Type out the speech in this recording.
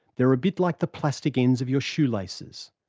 they're a bit like the plastic ends of your shoelaces.